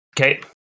Okay